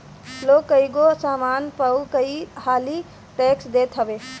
लोग कईगो सामान पअ कई हाली टेक्स देत हवे